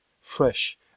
fresh